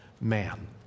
man